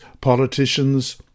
politicians